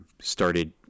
started